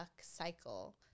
cycle